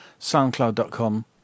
SoundCloud.com